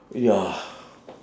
!wah!